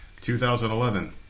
2011